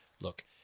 look